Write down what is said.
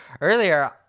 earlier